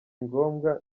ngombwa